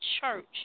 Church